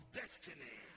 destiny